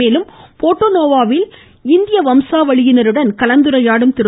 மேலும் போர்ட்ட நோவோவில் இந்திய வம்சாவளியினருடன் கலந்துரையாடும் திரு